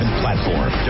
platform